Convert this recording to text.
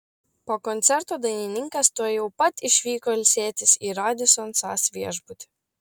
po koncerto dainininkas tuojau pat išvyko ilsėtis į radisson sas viešbutį